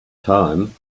time